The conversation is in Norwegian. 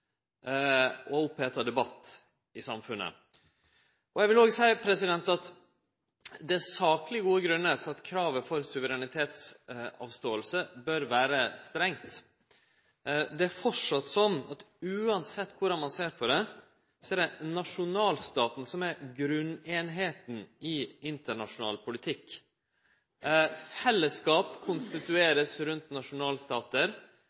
og oppheta debatt i samfunnet. Eg vil seie at det er saklege, gode grunnar til at kravet når det gjeld suverenitetsavståing, bør vere strengt. Det er framleis slik at uansett korleis ein ser på det, er det nasjonalstaten som er grunneininga i internasjonal politikk. Fellesskap